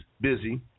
busy